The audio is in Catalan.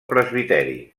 presbiteri